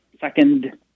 Second